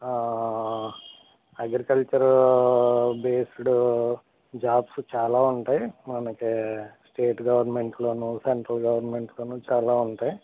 agriculture based jobs చాలా ఉంటాయి మనకి స్టేట్ గవర్నమెంట్లోను సెంట్రల్ గవర్నమెంట్ లోను చాలా ఉంటాయి